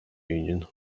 union